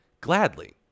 gladly